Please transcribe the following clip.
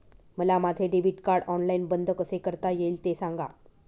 मला माझे debit card online बंद कसे करता येईल, ते सांगा